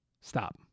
Stop